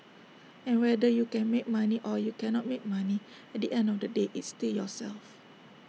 and whether you can make money or you cannot make money at the end of the day it's still yourself